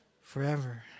Forever